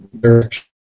direction